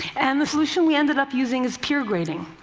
and the solution we ended up using is peer grading.